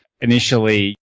initially